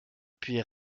puis